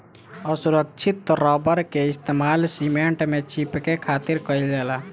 असुरक्षित रबड़ के इस्तेमाल सीमेंट में चिपके खातिर कईल जाला